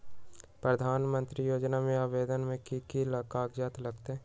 प्रधानमंत्री योजना में आवेदन मे की की कागज़ात लगी?